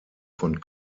von